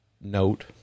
note